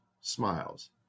smiles